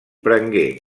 prengué